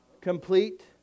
Complete